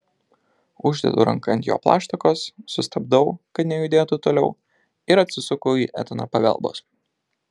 uždedu ranką ant jo plaštakos sustabdau kad nejudėtų toliau ir atsisuku į etaną pagalbos